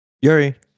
Yuri